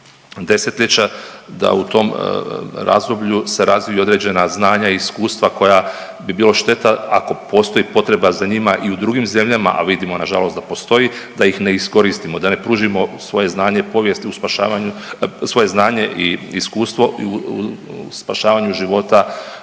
desetljeća, da u tom razdoblju se razvije određena znanja i iskustva koja bi bi bilo šteta ako postoji potreba za njima i u drugim zemljama, a vidimo na žalost da postoji da ih ne iskoristimo, da ne pružimo svoje znanje i povijest u spašavanju, svoje